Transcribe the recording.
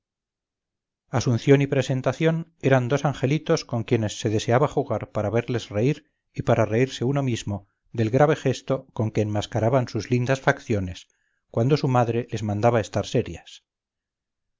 asunción y presentación eran dos angelitos con quienes se deseaba jugar para verles reír y para reírse uno mismo del grave gesto con que enmascaraban sus lindas facciones cuando su madre les mandaba estar serias